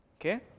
Okay